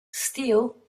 steel